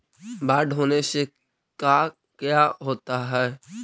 बाढ़ होने से का क्या होता है?